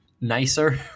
nicer